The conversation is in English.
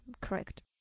correct